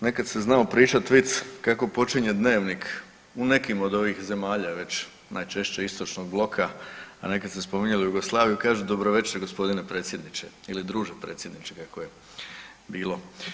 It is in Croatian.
Nekad se znao pričat vic kako počinje dnevnik u nekim od ovih zemalja već najčešće istočnog bloka, a nekad su spominjali Jugoslaviju, kažu dobro veče gospodine predsjedniče ili druže predsjedniče kako je bilo.